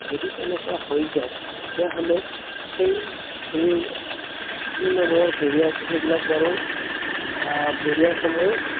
যদি তেনেকুৱা হৈ যায় তেতিয়াহ'লে সেই যিখিনি ষ্ট্ৰীমসমূহৰ বেৰিয়াৰ্চ আছিল সেইবিলাক বাৰু বেৰিয়াৰসমূহ